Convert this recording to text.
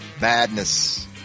Madness